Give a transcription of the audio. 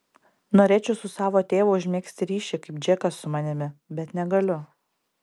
norėčiau su savo tėvu užmegzti ryšį kaip džekas su manimi bet negaliu